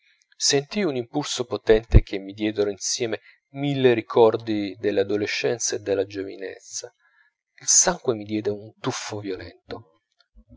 sentii un impulso potente che mi diedero insieme mille ricordi dell'adolescenza e della giovinezza il sangue mi diede un tuffo violento